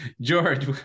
George